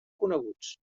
coneguts